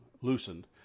loosened